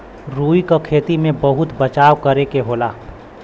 रुई क खेती में बहुत बचाव करे के होला